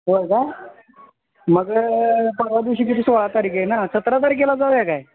होय काय मग परवा दिवशी किती सोळा तारीख आहे ना सतरा तारखेला जाऊया काय